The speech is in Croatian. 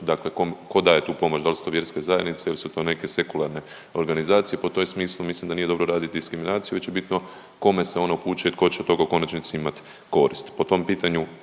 dakle tko daje tu pomoć? Da li su to vjerske zajednice ili su to neke sekularne organizacije pa u tom smislu mislim da nije dobro raditi diskriminaciju već je bitno kome se ona upućuje i tko će od toga u konačnici imati korist.